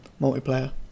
multiplayer